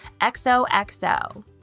XOXO